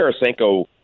Tarasenko